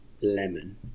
lemon